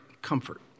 Comfort